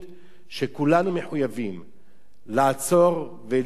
שכולנו מחויבים לעצור ולזעוק,